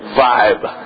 vibe